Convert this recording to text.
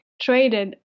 traded